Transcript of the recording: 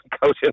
coaching